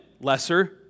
lesser